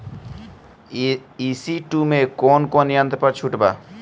ई.सी two मै कौने कौने यंत्र पर छुट बा?